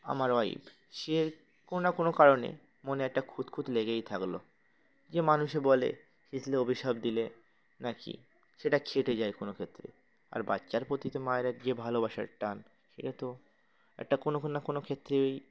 আমার ওয়াইফ সে কোনো না কোনো কারণে মনে একটা খুঁতখুঁত লেগেই থাকল যে মানুষে বলে হিজড়া অভিশাপ দিলে নাকি সেটা খেটে যায় কোনো ক্ষেত্রে আর বাচ্চার প্রতি তো মায়ের যে ভালোবাসার টান সেটা তো একটা কোনোক্ষণ না কোনো ক্ষেত্রেই